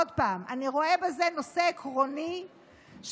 עוד פעם: אני רואה בזה נושא עקרוני של